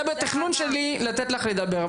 היה בתכנון שלי לתת לך לדבר,